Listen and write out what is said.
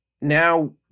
now